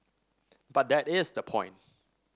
but that is the point